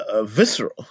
visceral